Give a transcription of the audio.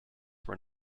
were